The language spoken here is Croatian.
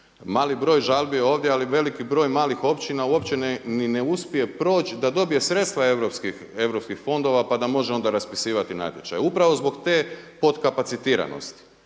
mali broj žalbi je ovdje ali veliki broj malih općina uopće ni ne uspije proći da dobije sredstva europskih fondova pa da može onda raspisivati natječaje upravo zbog te potkapacitiranosti.